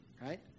right